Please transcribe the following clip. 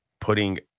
putting